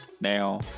Now